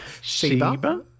Sheba